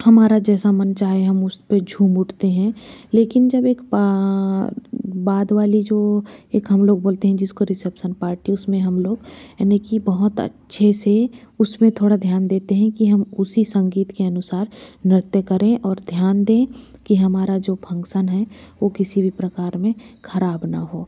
हमारा जैसा मन चाहे हम उसपे झूम उठते हैं लेकिन जब एक बाद वाली जो एक हम लोग बोलते हैं जिसको रिसेप्सन पार्टी उसमें हम लोग यानि कि बहुत अच्छे से उसमें थोड़ा ध्यान देते हैं कि हम उसी संगीत के अनुसार नृत्य करें और ध्यान दें कि हमारा जो फंक्शन है वो किसी भी प्रकार में खराब ना हो